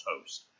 toast